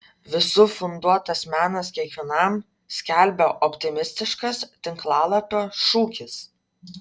visų funduotas menas kiekvienam skelbia optimistiškas tinklalapio šūkis